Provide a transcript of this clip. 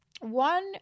one